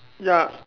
ya